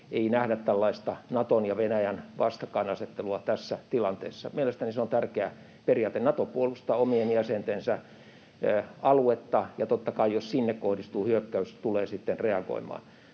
ei nähdä tällaista Naton ja Venäjän vastakkainasettelua tässä tilanteessa. Mielestäni se on tärkeä periaate. Nato puolustaa omien jäsentensä aluetta ja totta kai, jos sinne kohdistuu hyökkäys, tulee sitten reagoimaan.